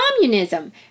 communism